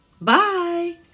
Bye